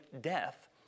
death